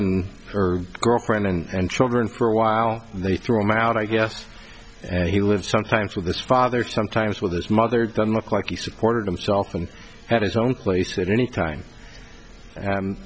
and girlfriend and children for a while and they threw him out i guess and he lives sometimes with his father sometimes with his mother doesn't look like he supported himself and had his own place at any time